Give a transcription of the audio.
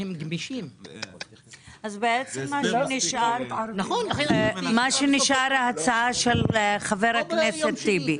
מה שנשאר ההצעה של חבר הכנסת טיבי.